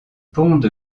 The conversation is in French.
pont